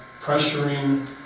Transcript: pressuring